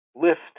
lift